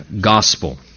gospel